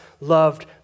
loved